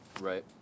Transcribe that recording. Right